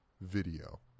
video